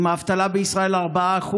אם האבטלה בישראל 4%,